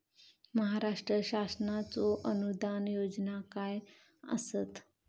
महाराष्ट्र शासनाचो अनुदान योजना काय आसत?